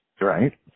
Right